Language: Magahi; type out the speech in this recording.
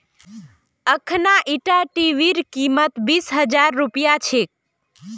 अखना ईटा टीवीर कीमत बीस हजार रुपया छेक